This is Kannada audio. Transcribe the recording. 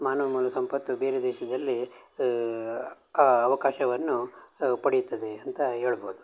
ಮಾನವ ಮೂಲ ಸಂಪತ್ತು ಬೇರೆ ದೇಶದಲ್ಲಿ ಆ ಅವಕಾಶವನ್ನು ಪಡೀತದೆ ಅಂತ ಹೇಳ್ಬೋದು